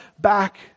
back